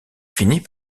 finit